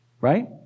Right